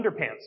underpants